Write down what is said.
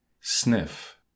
Sniff